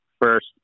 first